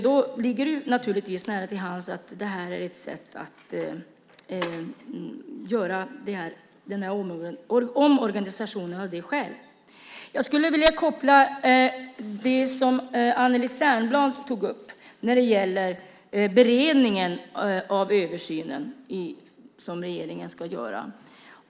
Då ligger det nära till hands att göra omorganisationen av det skälet. Jag skulle vilja koppla till det som Anneli Särnblad tog upp när det gäller beredningen av översynen som regeringen ska göra.